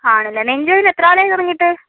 ആണല്ലേ നെഞ്ച് വേദന എത്രനാളായി തുടങ്ങിയിട്ട്